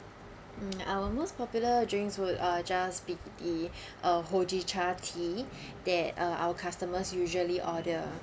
mm our most popular drinks will uh just be the uh hojicha tea that uh our customers usually order